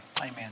Amen